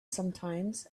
sometimes